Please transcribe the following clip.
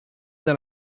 dans